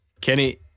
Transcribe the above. Kenny